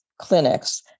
clinics